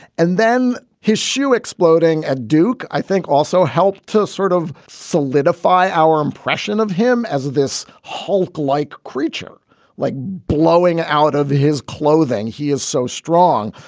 and then his shoe exploding at duke. i think also helped to sort of solidify our impression of him as this hulk like creature like blowing out of his clothing. he is so strong.